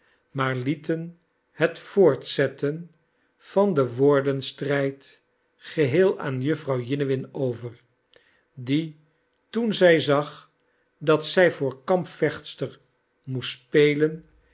maar lieten het voortzetten van den woordenstrijd geheel aan juf vrouw jiniwin over die toen zij zag dat zij voor kampvechtster moest spelen